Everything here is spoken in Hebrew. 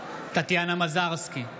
טטיאנה מזרסקי,